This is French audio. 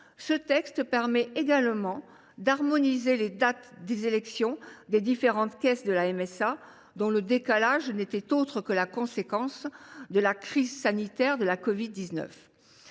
le texte permet également d’harmoniser les dates des élections des différentes caisses de la MSA, dont le décalage n’était que la conséquence de la crise sanitaire de la covid 19.